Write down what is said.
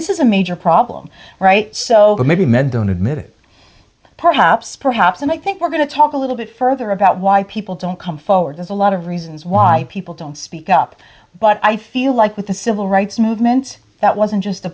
this is a major problem right so maybe men don't admit it perhaps perhaps and i think we're going to talk a little bit further about why people don't come forward there's a lot of reasons why people don't speak up but i feel like with the civil rights movement that wasn't just